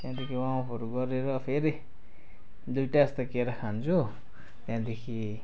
त्यहाँदेखि वार्मअपहरू गरेर फेरि दुइटा जस्तो केरा खान्छु त्यहाँदेखि